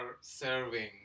serving